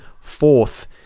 fourth